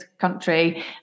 country